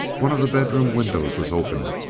one of the bedroom windows was open,